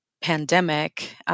pandemic